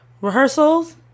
Rehearsals